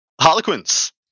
Harlequins